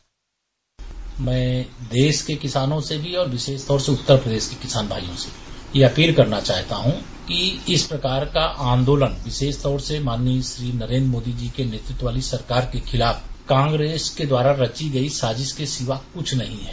bite मैं देश के किसानों से भी विशेषतौर से उत्तर प्रदेश के किसान भाइयों से यह अपील करना चाहता हूं कि इस प्रकार का आन्दोलन विशेष तौर से माननीय श्री नरेन्द्र मोदी जी के नेतृत्व वाली सरकार के खिलाफ कांग्रेस के द्वारा रची गई साजिश के सिवा कुछ नहीं है